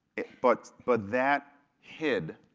but but that hid